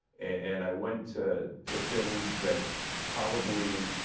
and i went to to things that probably,